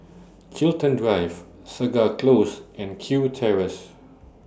Chiltern Drive Segar Close and Kew Terrace